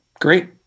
great